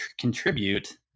contribute